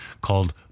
called